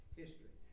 history